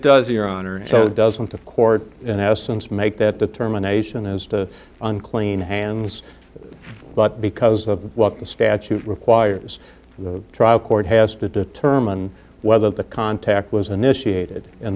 does your honor and so doesn't a court in essence make that determination as to on clean hands but because of what the statute requires the trial court has to determine whether the contact w